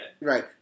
Right